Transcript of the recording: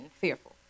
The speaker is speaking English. fearful